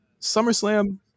Summerslam